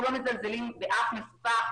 אנחנו לא מזלזלים באף מפוקח,